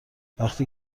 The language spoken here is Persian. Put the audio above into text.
وقتی